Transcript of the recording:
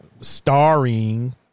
starring